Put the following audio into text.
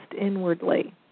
inwardly